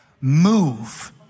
move